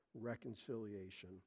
reconciliation